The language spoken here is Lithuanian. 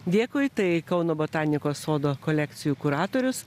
dėkui tai kauno botanikos sodo kolekcijų kuratorius